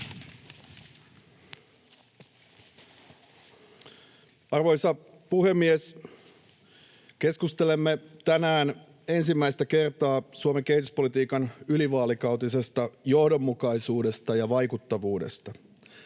Arvoisa puhemies! Keskustelemme tänään ensimmäistä kertaa Suomen kehityspolitiikan ylivaalikautisesta johdonmukaisuudesta ja vaikuttavuudesta.